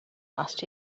last